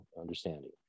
understanding